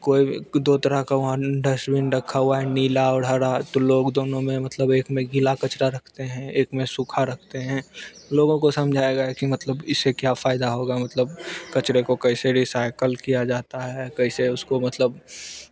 कोई दो तरह का वहाँ डस्टबिन रखा हुआ है नीला और हरा तो लोग दोनों में मतलब एक में गीला कचरा रखते हैं एक में सूखा रखते हैं लोगों को समझाएगा कि मतलब इससे क्या फ़ायदा होगा मतलब कचरे को कैसे रीसायकल किया जाता है कैसे उसको मतलब